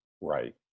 right